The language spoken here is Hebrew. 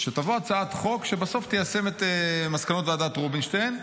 שתבוא הצעת חוק שבסוף תיישם את מסקנות ועדת רובינשטיין,